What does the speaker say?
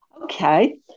Okay